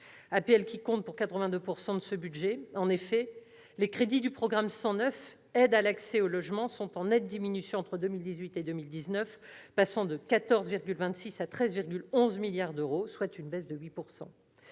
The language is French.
APL comptent pour 82 % de ce budget. En effet, les crédits du programme 109, « Aide à l'accès au logement », sont en nette diminution entre 2018 et 2019, passant de 14,26 milliards à 13,11 milliards d'euros, soit une baisse de 8 %.